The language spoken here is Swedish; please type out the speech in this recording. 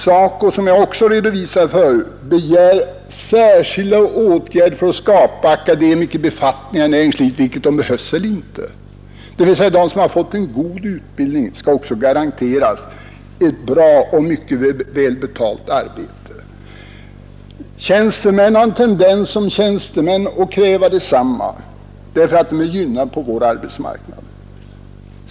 SACO begär, som jag nämnde tidigare, särskilda åtgärder för att skapa akademikerbefattningar antingen de behövs eller inte. De som har fått en god utbildning skall alltså garanteras ett bra och mycket välbetalt arbete. Tjänstemän har en tendens att som tjänstemän kräva detsamma, därför att de är gynnade på vår arbetsmarknad.